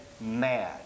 mad